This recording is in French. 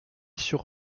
sur